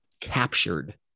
captured